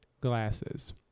glasses